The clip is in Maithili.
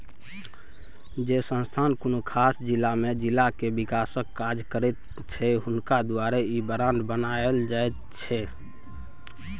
जे संस्था कुनु खास जिला में जिला के विकासक काज करैत छै हुनका द्वारे ई बांड बनायल जाइत छै